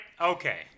Okay